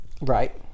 right